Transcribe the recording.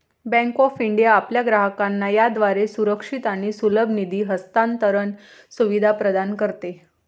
bank of India आपल्या ग्राहकांना याद्वारे सुरक्षित आणि सुलभ निधी हस्तांतरण सुविधा प्रदान करते